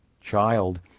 child